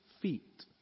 feet